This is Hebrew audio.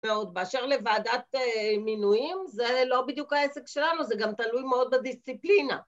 ועוד, באשר לוועדת מינויים זה לא בדיוק העסק שלנו, זה גם תלוי מאוד בדיסציפלינה